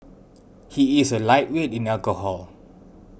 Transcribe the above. he is a lightweight in alcohol